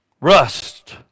Rust